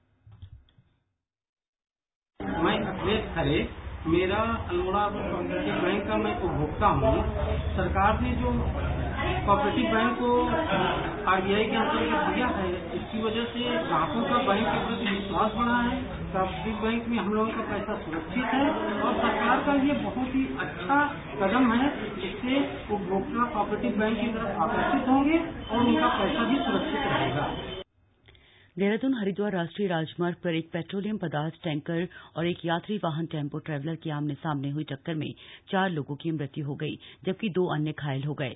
bite Akhilesh Khare bank खाताधारक दुर्घटना देहराद्रन हरिद्वार राष्ट्रीय राजमार्ग पर एक पेट्रोलियम पदार्थ टैंकर और एक यात्री वाहन टैम्पो ट्रेवलर की आमने सामने हुई टक्कर में चार लोगों की मृत्यू हो गई जबकि दो अन्य घायल हो गये